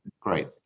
Great